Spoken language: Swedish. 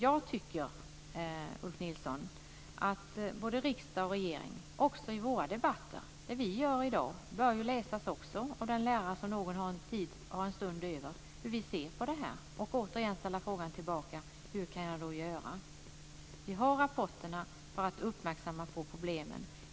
Jag tycker, Ulf Nilsson, att protokollen från riksdagens debatter bör läsas också av någon lärare som har en stund över för att se hur vi ser på detta och återigen ställa frågan: Hur kan jag göra? Vi får rapporterna för att bli uppmärksammade på problemen.